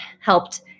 helped